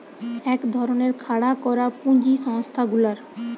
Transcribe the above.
এক ধরণের খাড়া করা পুঁজি সংস্থা গুলার